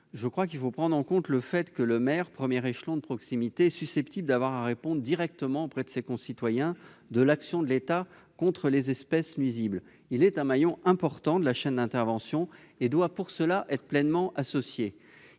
privées. Il faut prendre en compte le fait que le maire, premier échelon de proximité, est susceptible d'avoir à répondre directement auprès de nos concitoyens de l'action de l'État contre les espèces nuisibles. Il est un maillon important de la chaîne d'intervention et doit pour cela être pleinement associé.